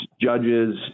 judges